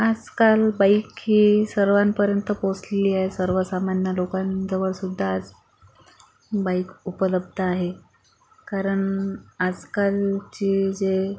आसकाल bike ही सर्वांपर्यंत पोसली आहे सर्वसामान्य लोकांजवळसुद्धा आज बाइक उपलब्ध आहे कारण आजकालचे जे